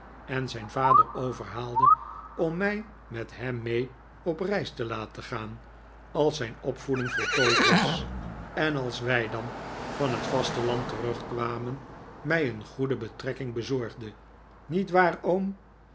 en zijn vader overhaalde om mij met hem mee op reis te laten gaan als zijn opvoeding voltooid was en als wij dan van het vasteland terugkwamen mij een goede betrekking bezorgde niet waar oom